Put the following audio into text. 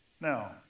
Now